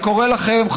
אני קורא לכם,